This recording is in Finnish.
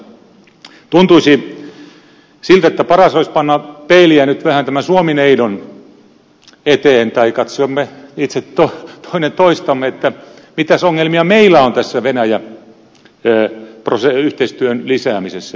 tuntuisi siltä että paras olisi panna peiliä nyt vähän tämän suomi neidon eteen tai katsoa itse toinen toistamme mitäs ongelmia meillä on tässä venäjä yhteistyön lisäämisessä